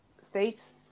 states